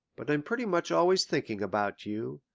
but i'm pretty much always thinking about you,